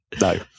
No